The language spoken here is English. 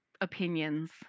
opinions